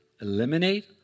eliminate